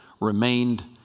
remained